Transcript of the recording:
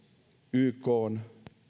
ykn